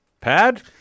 pad